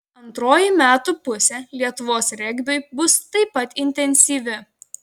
antroji metų pusė lietuvos regbiui bus taip pat intensyvi